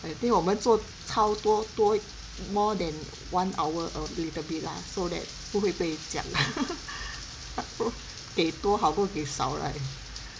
I think 我们做超多多 more than one hour a little bit lah so that 不会被剪 给多好过给少 right